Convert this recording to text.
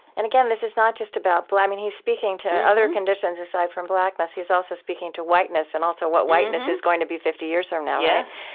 and again, this is not just about but i mean, he's speaking to other conditions aside from blackness. he's also speaking to whiteness and also what whiteness is going to be fifty years from now yes.